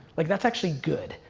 like, that's actually good.